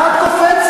מה את קופצת?